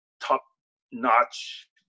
Top-notch